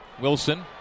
Wilson